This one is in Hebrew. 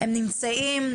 נמצאים,